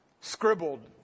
scribbled